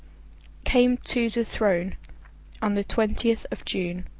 came to the throne on the twentieth of june,